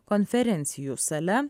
konferencijų sale